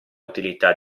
utilità